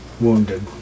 Wounded